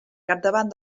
capdavant